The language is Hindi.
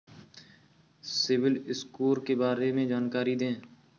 सिबिल स्कोर के बारे में जानकारी दें?